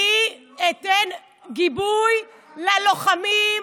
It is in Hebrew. אני אתן גיבוי ללוחמים,